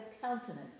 countenance